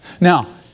Now